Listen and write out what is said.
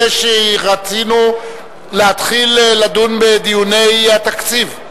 רצינו ב-18:00 להתחיל לדון בדיוני התקציב.